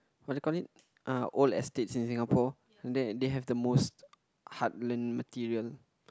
what do you call it uh old estates in Singapore they they have the most heartland material